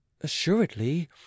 assuredly